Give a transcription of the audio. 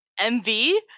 MV